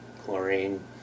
chlorine